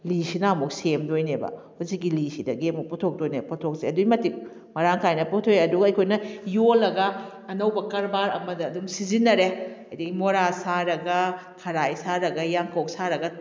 ꯂꯤꯁꯤꯅ ꯑꯃꯨꯛ ꯁꯦꯝꯗꯣꯏꯅꯦꯕ ꯍꯧꯖꯤꯛꯀꯤ ꯂꯤꯁꯤꯗꯒꯤ ꯑꯃꯨꯛ ꯄꯨꯊꯣꯛꯇꯣꯏꯅꯦ ꯄꯣꯠꯊꯣꯛꯁꯦ ꯑꯗꯨꯛꯀꯤ ꯃꯇꯤꯛ ꯃꯔꯥꯡ ꯀꯥꯏꯅ ꯄꯨꯊꯣꯛꯑꯦ ꯑꯗꯨꯒ ꯑꯩꯈꯣꯏꯅ ꯌꯣꯜꯂꯒ ꯑꯅꯧꯕ ꯀꯔꯕꯥꯔ ꯑꯃꯗ ꯑꯗꯨꯝ ꯁꯤꯖꯤꯟꯅꯔꯦ ꯑꯗꯒꯤ ꯃꯣꯔꯥ ꯁꯥꯔꯒ ꯈꯔꯥꯏ ꯁꯥꯔꯒ ꯌꯥꯡꯀꯣꯛ ꯁꯥꯔꯒ